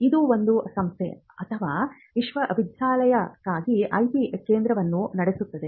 ಇದು ಒಂದು ಸಂಸ್ಥೆ ಅಥವಾ ವಿಶ್ವವಿದ್ಯಾಲಯಕ್ಕಾಗಿ ಐಪಿ ಕೇಂದ್ರವನ್ನು ನಡೆಸುತ್ತದೆ